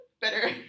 Better